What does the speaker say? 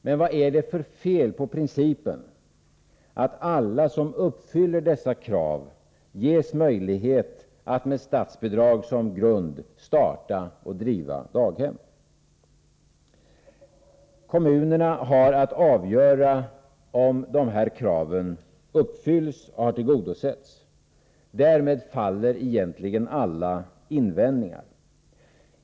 Men vad är det för fel på principen, att alla som uppfyller dessa krav ges möjlighet att med statsbidrag som grund starta och driva daghem? Kommunerna har att avgöra huruvida dessa krav tillgodoses. Därmed faller alla invändningar.